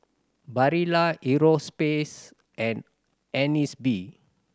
Barilla Europace and Agnes B